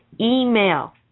Email